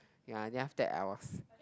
ya then after that I was